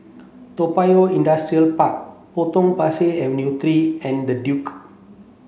Toa Payoh Industrial Park Potong Pasir Avenue three and The Duke